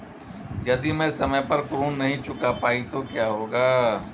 यदि मैं समय पर ऋण नहीं चुका पाई तो क्या होगा?